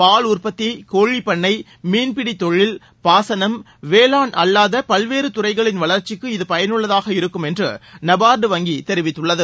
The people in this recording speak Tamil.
பால் உற்பத்தி கோழிப்பண்ணை மீன்பிடி தொழில் பாசனம் வேளாண் அல்லாத பல்வேறு துறைகளின் வளர்ச்சிக்கு இது பயனுள்ளதாக இருக்கும் என்று நபார்டு வங்கி தெரிவித்துள்ளது